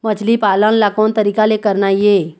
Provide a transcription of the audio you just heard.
मछली पालन ला कोन तरीका ले करना ये?